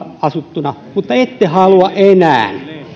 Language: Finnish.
asuttuna mutta ette halua enää